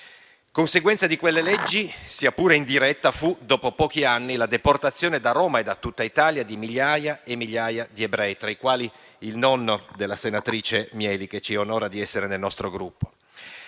Conseguenza di quelle leggi - sia pure indiretta - fu, dopo pochi anni, la deportazione da Roma e da tutta Italia di migliaia e migliaia di ebrei, tra i quali il nonno della senatrice Mieli, che ci onora di essere nel nostro Gruppo.